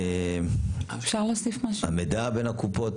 כמו כן, המידע בין הקופות.